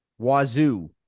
Wazoo